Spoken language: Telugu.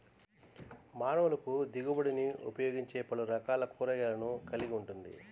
మానవులకుదిగుబడినిఉపయోగించేపలురకాల కూరగాయలను కలిగి ఉంటుంది